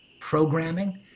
programming